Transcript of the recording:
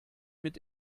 mit